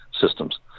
systems